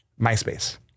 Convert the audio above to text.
MySpace